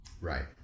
Right